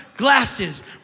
glasses